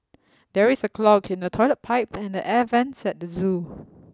there is a clog in the toilet pipe and the air vents at the zoo